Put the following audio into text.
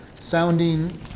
sounding